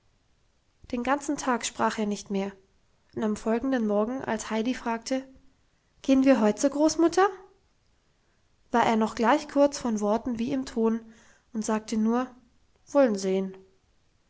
den ganzen tag sprach er nicht mehr und am folgenden morgen als heidi fragte gehen wir heut zur großmutter war er noch gleich kurz von worten wie im ton und sagte nur wollen sehen